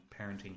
parenting